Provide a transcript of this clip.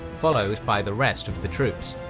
followed by the rest of the troops.